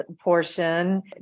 portion